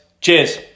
Cheers